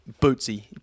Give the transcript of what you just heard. Bootsy